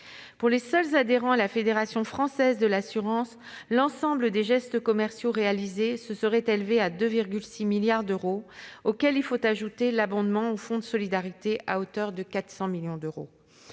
Pour les seuls adhérents à la Fédération française de l'assurance, les gestes commerciaux consentis se seraient élevés à 2,6 milliards d'euros, auxquels il faut ajouter un abondement du Fonds de solidarité à hauteur de 400 millions d'euros.